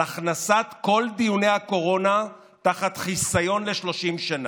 הכנסת כל דיוני הקורונה תחת חיסיון ל-30 שנה.